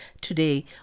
today